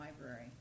Library